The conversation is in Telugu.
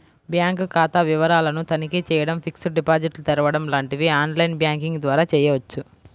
బ్యాంక్ ఖాతా వివరాలను తనిఖీ చేయడం, ఫిక్స్డ్ డిపాజిట్లు తెరవడం లాంటివి ఆన్ లైన్ బ్యాంకింగ్ ద్వారా చేయవచ్చు